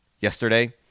yesterday